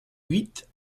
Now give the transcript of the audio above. huit